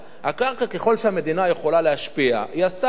הקרקע, ככל שהמדינה יכולה להשפיע, היא עשתה את זה.